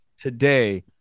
today